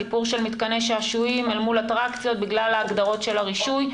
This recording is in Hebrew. הסיפור של מתקני שעשועים אל מול אטרקציות בגלל ההגדרות של הרישוי.